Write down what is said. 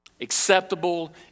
acceptable